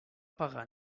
pagar